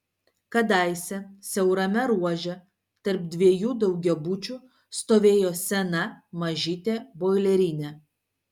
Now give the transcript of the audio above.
kadaise siaurame ruože tarp dviejų daugiabučių stovėjo sena mažytė boilerinė